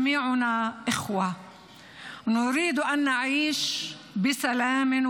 אבל כנראה הוא הרגיש שהוא הולך.